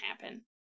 happen